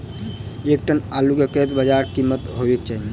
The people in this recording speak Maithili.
एक टन आलु केँ कतेक बजार कीमत हेबाक चाहि?